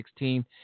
2016